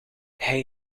hij